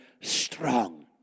strong